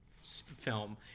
film